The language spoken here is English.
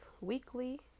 weekly